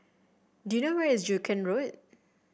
do you know where is Joo Koon Road